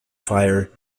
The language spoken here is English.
fire